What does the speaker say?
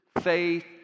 faith